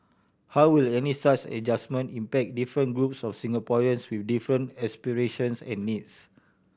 how will any such adjustment impact different groups of Singaporeans with different aspirations and needs